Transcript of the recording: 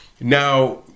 now